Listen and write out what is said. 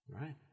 Right